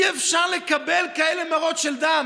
אי-אפשר לקבל כאלה מראות של דם.